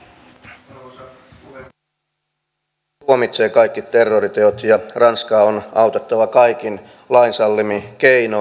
vasemmisto tuomitsee kaikki terroriteot ja ranskaa on autettava kaikin lain sallimin keinoin